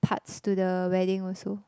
parts to the wedding also